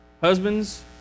husbands